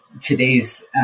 today's